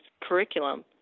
curriculum